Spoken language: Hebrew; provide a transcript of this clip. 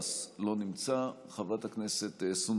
חבר הכנסת מנסור עבאס,